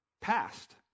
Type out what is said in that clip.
past